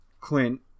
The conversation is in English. Clint